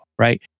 Right